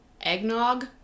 eggnog